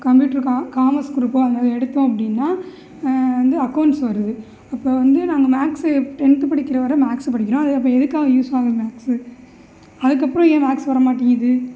computer commerce குரூப்போ அந்தமாரி எடுத்தோம் அப்படின்னா வந்து அக்கவுண்ட்ஸ் வருது அப்போ வந்து நாங்கள் மேக்ஸு டென்த்து படிக்கிற வரை மேக்ஸு படிக்கிறோம் அது அப்போ எதுக்காக யூஸ் ஆகுது மேக்ஸு அதுக்கப்பறம் ஏன் மேக்ஸ் வர மாட்டிங்குது